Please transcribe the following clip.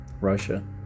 Russia